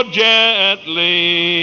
gently